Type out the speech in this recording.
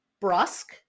brusque